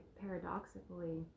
paradoxically